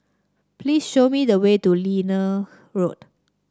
please show me the way to Liane Road